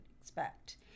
expect